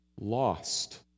lost